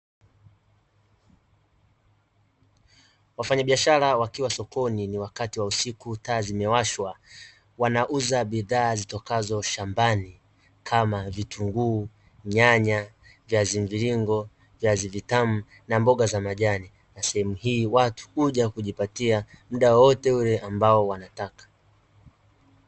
Wafanyabiashara wakiwa sokoni ni wakati wa usiku taa zimewashwa, wanauza bidhaa zitokazo shambani kama: vitunguu, nyanya, viazi mviringo ya viazi vitamu na mboga za majani, na sehemu hii watu kuja kujipatia muda wowote ule ambao wanataka.